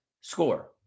Score